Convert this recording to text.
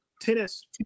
tennis